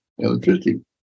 electricity